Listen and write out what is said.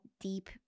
deep